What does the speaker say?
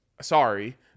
sorry